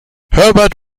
herbert